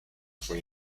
fue